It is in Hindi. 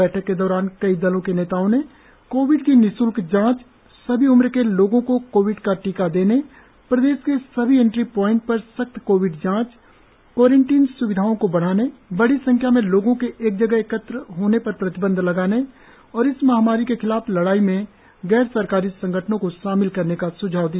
बैठक के दौरान कई दलों के नेताओं ने कोविड की निश्ल्क जांच सभी उम्र के लोगों को कोविड का टीका देने प्रदेश के सभी इंट्री प्वाइंट पर सख्त कोविड जांच क्वारंटिन स्विधाओं को बढ़ाने बड़ी संख्या में लोगों के एक जगह एकत्र होने पर प्रतिबंध लगाने और इस महामारी के खिलाफ लड़ाई में गैर सरकारी संगठनों को शामिल करने का सुझाव दिया